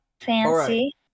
Fancy